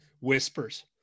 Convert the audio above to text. Whispers